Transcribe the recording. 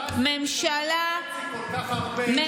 אבל הרסתם בשנה וחצי כל כך הרבה, שצריך ללמוד.